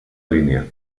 línia